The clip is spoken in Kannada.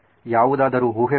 ಯಾವುದಾದರು ಊಹೆಗಳು